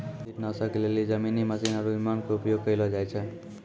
कीटनाशक के लेली जमीनी मशीन आरु विमान के उपयोग कयलो जाय छै